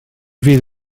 fydd